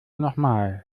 nochmal